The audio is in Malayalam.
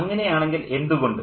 അങ്ങനെയാണെങ്കിൽ എന്തുകൊണ്ട്